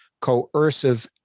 coercive